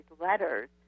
letters